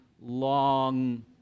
long